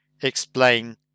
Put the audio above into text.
explain